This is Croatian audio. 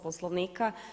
Poslovnika.